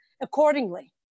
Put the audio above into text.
accordingly